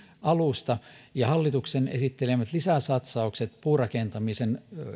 alusta hallituksen esittelemät lisäsatsaukset puurakentamista palvelevan